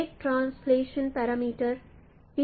एक translation parameter है